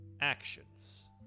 actions